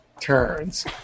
turns